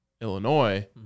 Illinois